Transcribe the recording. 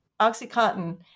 Oxycontin